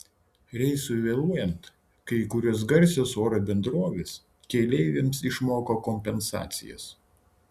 reisui vėluojant kai kurios garsios oro bendrovės keleiviams išmoka kompensacijas